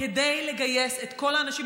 כדי לגייס את כל האנשים.